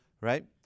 right